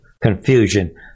confusion